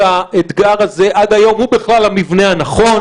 האתגר הזה עד היום הוא בכלל המבנה הנכון?